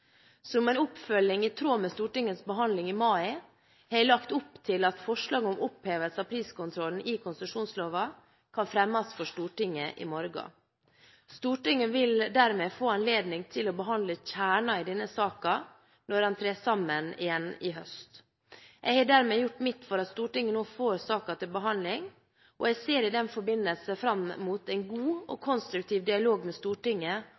Som en oppfølging i tråd med Stortingets behandling i mai har jeg lagt opp til at forslag om opphevelse av priskontrollen i konsesjonsloven kan fremmes for Stortinget i morgen. Stortinget vil dermed få anledning til å behandle kjernen i denne saken når en trer sammen igjen i høst. Jeg har dermed gjort mitt for at Stortinget nå får saken til behandling. Jeg ser i den forbindelse fram mot en god og konstruktiv dialog med Stortinget